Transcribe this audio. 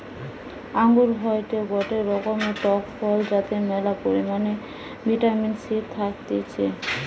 আঙ্গুর হয়টে গটে রকমের টক ফল যাতে ম্যালা পরিমাণে ভিটামিন সি থাকতিছে